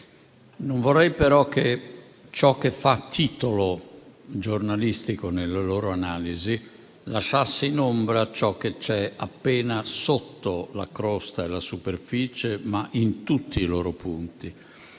Non vorrei però che ciò che fa titolo giornalistico nelle loro analisi lasciasse in ombra ciò che c'è appena sotto la crosta e la superficie, ma in tutti i loro punti,